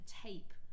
tape